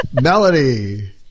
Melody